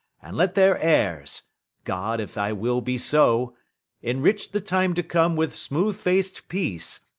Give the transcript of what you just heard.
and let their heirs god, if thy will be so enrich the time to come with smooth'd-fac'd peace,